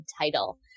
title